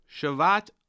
Shavat